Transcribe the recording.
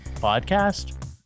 podcast